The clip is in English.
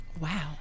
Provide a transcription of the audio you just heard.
Wow